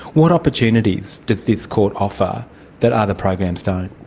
what opportunities does this court offer that other programs don't?